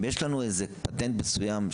אם יש לנו איזה פטנט מסוים,